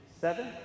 Seven